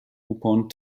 upon